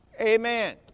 Amen